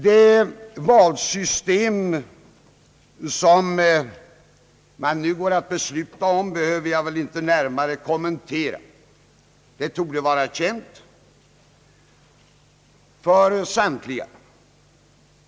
Det nya valsystem som vi nu går att besluta om behöver jag inte närmare kommentera då det torde vara känt för samtliga.